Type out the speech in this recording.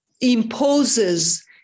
imposes